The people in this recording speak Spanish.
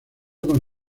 con